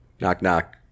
knock-knock